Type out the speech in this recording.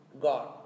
God